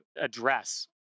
address